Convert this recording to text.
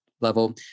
level